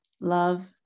Love